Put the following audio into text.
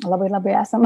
labai labai esam